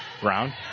Brown